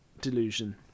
delusion